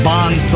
Bond